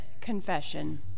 confession